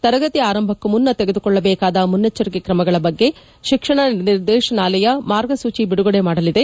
ತರಗತಿ ಆರಂಭಕ್ಕೂ ಮುನ್ನ ತೆಗೆದುಕೊಳ್ಳಬೇಕಾದ ಮುನ್ನೆಚ್ಚರಿಕೆ ಕ್ರಮಗಳ ಬಗ್ಗೆ ಶಿಕ್ಷಣ ನಿರ್ದೇಶನಾಲ ಮಾರ್ಗಸೂಚಿ ಬಿಡುಗಡೆ ಮಾಡಲಿದೆ